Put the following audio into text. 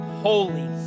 holy